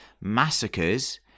massacres